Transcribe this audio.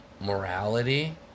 morality